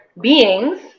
beings